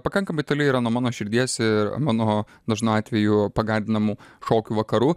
pakankamai toli yra nuo mano širdies ir mano dažnu atveju pagardinamu šokių vakaru